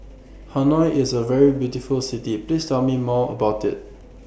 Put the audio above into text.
Hanoi IS A very beautiful City Please Tell Me More about IT